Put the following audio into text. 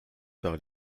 par